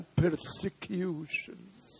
persecutions